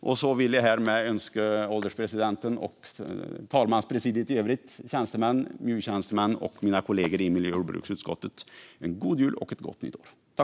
Jag vill härmed önska ålderspresidenten, talmanspresidiet i övrigt, tjänstemän, MJU-tjänstemän och mina kollegor i miljö och jordbruksutskottet en god jul och ett gott nytt år!